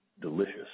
delicious